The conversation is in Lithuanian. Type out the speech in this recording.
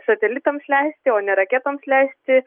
satelitams leisti o ne raketoms leisti